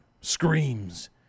Screams